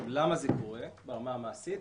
למה זה קורה ברמה המעשית?